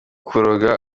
kuroga